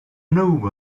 new